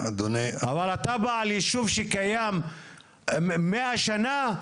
אבל אתה בא לישוב שקיים מאה שנה,